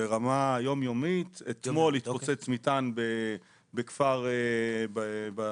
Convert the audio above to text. ברמה יום-יומית, אתמול התפוצץ מטען בכפר בצפון,